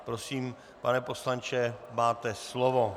Prosím, pane poslanče, máte slovo.